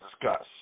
discuss